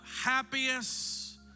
happiest